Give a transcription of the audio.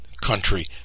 country